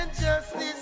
justice